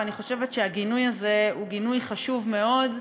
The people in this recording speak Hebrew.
ואני חושבת שהגינוי הזה חשוב מאוד.